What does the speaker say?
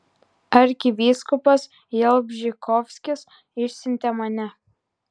arkivyskupas jalbžykovskis išsiuntė mane